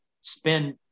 spend